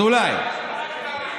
אזולאי.